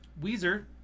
weezer